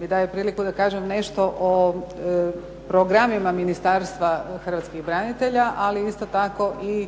mi daje priliku da kažem nešto o programima Ministarstva hrvatskih branitelja, ali isto tako i